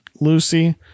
Lucy